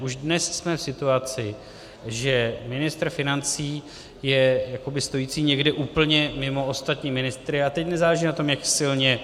Už dnes jsme v situaci, že ministr financí je jakoby stojící někde úplně mimo ostatní ministry, a teď nezáleží na tom, jak silně.